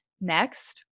Next